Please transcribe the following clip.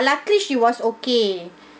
luckily she was okay